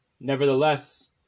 Nevertheless